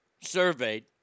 surveyed